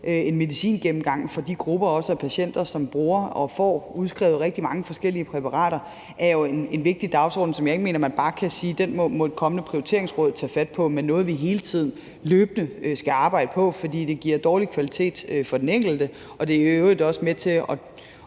en medicingennemgang for de grupper af patienter, der bruger og får udskrevet rigtig mange forskellige præparater, er jo en vigtig dagsorden, som jeg ikke mener man bare kan sige at et kommende prioriteringsråd må tage fat på. Men det er noget, som vi hele tiden løbende skal arbejde på, fordi det giver dårlig kvalitet for den enkelte, og det er i øvrigt også med til at